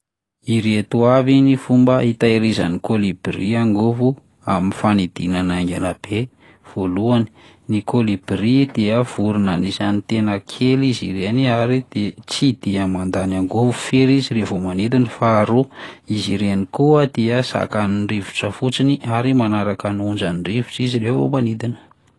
Ireto avy ny fomba hitahirizan'ny kôlibria angovo amin'ny fanidinana haingana be: voalohany, ny kôlobria dia vorona anisan'ny tena kely izy ireny ary de- tsy dia mandany angovo firy izy raha vao manidina; faharoa, izy ireny koa dia zakan'ny rivotra fotsiny ary manaraka ny onjan'ny rivotra izy raha vao manidina.